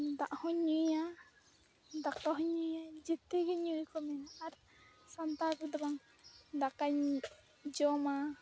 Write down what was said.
ᱫᱟᱜᱦᱚᱸᱧ ᱧᱩᱭᱟ ᱫᱟᱠᱚᱦᱚᱸᱧ ᱧᱩᱭᱟ ᱡᱚᱛᱚᱜᱮ ᱧᱩᱭᱠᱚ ᱢᱮᱱᱟ ᱟᱨ ᱥᱟᱱᱛᱟᱲ ᱨᱮᱫᱚ ᱵᱟᱝ ᱫᱟᱠᱟᱧ ᱡᱚᱢᱟ